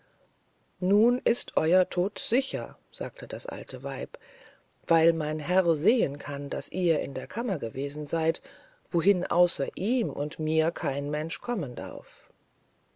nun ist euer tod sicher sagte das alte weib weil mein herr sehen kann daß ihr in der kammer gewesen seyd wohin außer ihm und mir kein mensch kommen darf